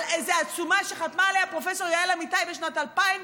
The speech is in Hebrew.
על איזה עצומה שחתומה עליה פרופסור יעל אמיתי בשנת 2005,